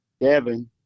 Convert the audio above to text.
Devin